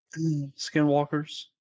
skinwalkers